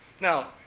Now